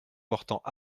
portant